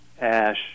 ash